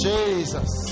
Jesus